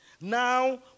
Now